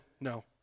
no